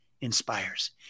inspires